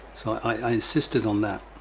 so i insisted on that.